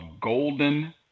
golden